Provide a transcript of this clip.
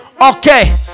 Okay